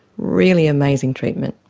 really amazing treatment.